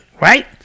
right